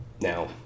Now